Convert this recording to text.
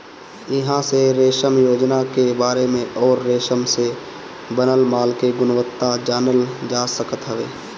इहां से रेशम योजना के बारे में अउरी रेशम से बनल माल के गुणवत्ता जानल जा सकत हवे